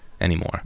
anymore